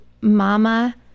mama